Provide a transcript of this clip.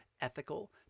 ethical